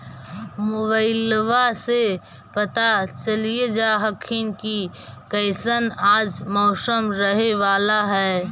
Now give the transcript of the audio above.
मोबाईलबा से पता चलिये जा हखिन की कैसन आज मौसम रहे बाला है?